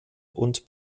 und